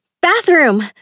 Bathroom